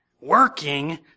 working